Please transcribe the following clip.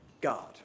God